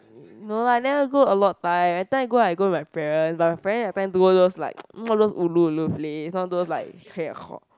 no lah I never go a lot of time that time I go I go with my parent but my parent my parent like go those like those ulu ulu place not those like very hot